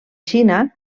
xina